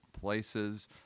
places